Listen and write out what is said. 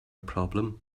problem